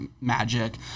magic